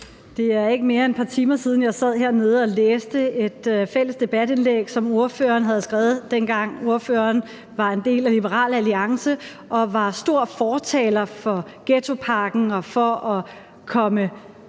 Det er ikke mere end et par timer siden, jeg sad hernede og læste et fælles debatindlæg, som ordføreren havde skrevet, dengang ordføreren var en del af Liberal Alliance og var stor fortaler for ghettopakken og for at komme